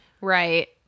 Right